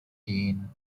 deane